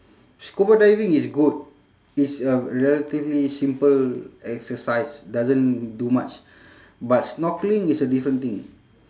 scuba diving is good it's a relatively simple exercise doesn't do much but snorkeling is a different thing